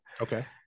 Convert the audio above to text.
Okay